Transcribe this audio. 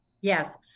Yes